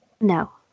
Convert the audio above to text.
No